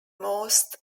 most